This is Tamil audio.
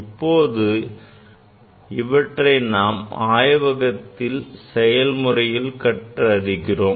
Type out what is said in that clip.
இப்போது இவற்றை நாம் ஆய்வகத்தில் செயல்முறையில் கற்றறிகிறோம்